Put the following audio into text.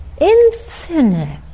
Infinite